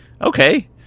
okay